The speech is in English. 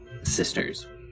Sisters